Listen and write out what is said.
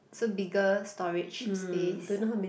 so bigger storage space